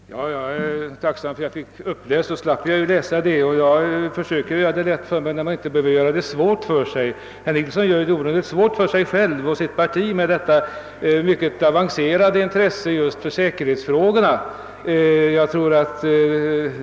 Herr talman! Jag är tacksam för att herr Nilsson i Gävle läste upp detta avsnitt av § 16, så att jag själv slapp göra det. Jag försöker göra det lätt för mig, när det inte behöver vara svårt. Herr Nilsson däremot gör det onödigt svårt för sig och sitt parti genom att visa detta mycket avancerade intresse för just säkerhetsfrågorna.